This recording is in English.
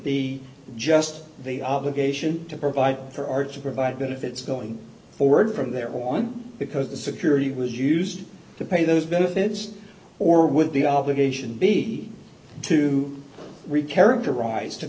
be just the obligation to provide for our to provide benefits going forward from there on because the security was used to pay those benefits or with the obligation be to reap characterize to